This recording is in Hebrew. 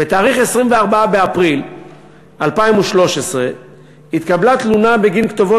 ב-24 באפריל 2013 התקבלה תלונה בגין כתובות